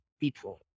people